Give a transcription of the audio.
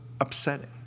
upsetting